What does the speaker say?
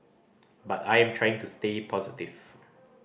but I am trying to stay positive